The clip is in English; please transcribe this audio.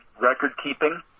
record-keeping